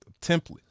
template